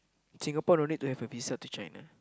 Singapore no need to have a visa to China